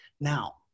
Now